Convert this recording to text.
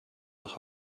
nach